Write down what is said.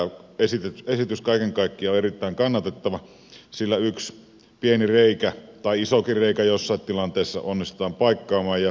tämä esitys kaiken kaikkiaan on erittäin kannatettava sillä yksi pieni reikä tai isokin reikä joissain tilanteissa onnistutaan paikkaamaan